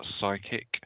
Psychic